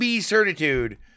certitude